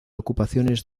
ocupaciones